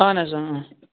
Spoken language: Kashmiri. اَہن حظ